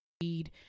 need